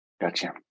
Gotcha